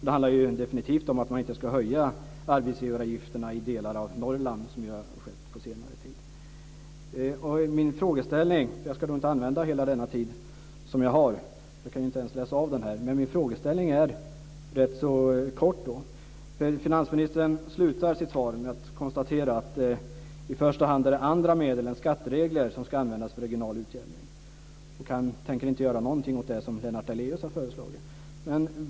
Det handlar definitivt också om att inte höja arbetsgivaravgifterna i delar av Norrland, som ju har skett på senare tid. Jag ska inte utnyttja hela min talartid utan avslutar med en rätt kort frågeställning. Finansministern avslutar sitt svar med att konstatera att det i första hand är andra medel än skatteregler som ska användas för regional utjämning. Han tänker inte göra något åt det som Lennart Daléus har föreslagit.